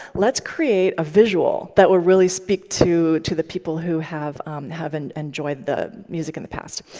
let's create a visual that will really speak to to the people who have have and enjoyed the music in the past.